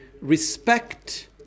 Respect